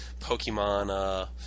Pokemon